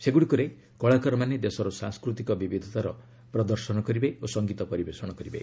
ସେଗୁଡ଼ିକରେ କଳାକାରମାନେ ଦେଶର ସାଂସ୍କୃତିକ ବିବିଧତାର ପ୍ରଦର୍ଶନ କରିବେ ଓ ସଂଗୀତ ପରିବେଶଣ କରିବେ